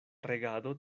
regado